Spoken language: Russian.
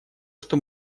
что